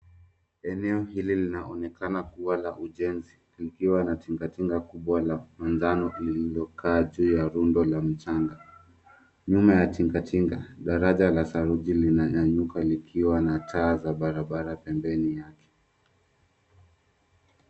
Eneo hili linaonekana kuwa la ujenzi likiwa na tinga tinga kubwa la manjano lililokaa juu ya rundo la mchanga. Nyuma ya tinga tinga daraja la saruji linanyanyuka likiwa na taa za barabara pembeni yake.